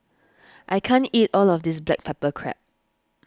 I can't eat all of this Black Pepper Crab